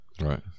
Right